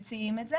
מציעים את זה.